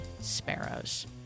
sparrows